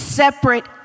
separate